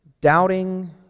doubting